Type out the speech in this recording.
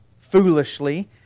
foolishly